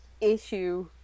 issue